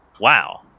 Wow